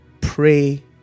pray